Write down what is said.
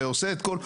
ועושה את הכל,